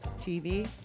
TV